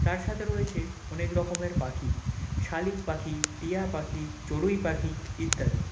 তার সাথে রয়েছে অনেক রকমের পাখি শালিক পাখি টিয়া পাখি চড়ুই পাখি ইত্যাদি